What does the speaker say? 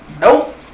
Nope